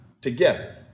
together